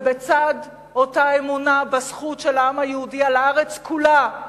ובצד אותה אמונה בזכות של העם היהודי על הארץ כולה,